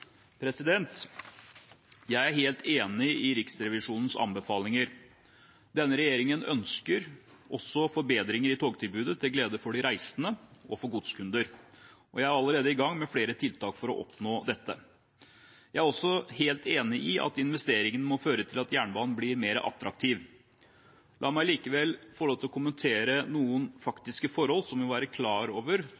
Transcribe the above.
Jeg er helt enig i Riksrevisjonens anbefalinger. Denne regjeringen ønsker også forbedringer i togtilbudet, til glede for de reisende og for godskunder, og jeg er allerede i gang med flere tiltak for å oppnå dette. Jeg er også helt enig i at investeringene må føre til at jernbanen blir mer attraktiv. La meg likevel få lov til å kommentere noen